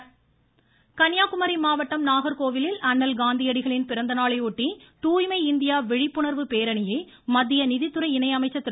பொன்ராதாகிருஷ்ணன் கன்னியாகுமரி மாவட்டம் நாகர்கோவிலில் அண்ணல் காந்தியடிகளின் பிறந்த நாளை ஒட்டி தூய்மை இந்தியா விழிப்புணர்வு பேரணியை மத்திய நிதித்துறை இணை அமைச்சர் திரு